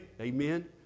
Amen